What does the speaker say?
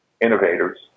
innovators